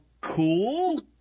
cool